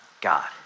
God